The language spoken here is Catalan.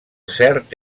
cert